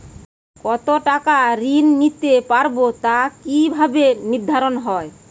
কতো টাকা ঋণ নিতে পারবো তা কি ভাবে নির্ধারণ হয়?